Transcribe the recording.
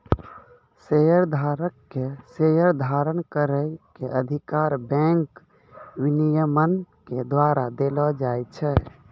शेयरधारक के शेयर धारण करै के अधिकार बैंक विनियमन के द्वारा देलो जाय छै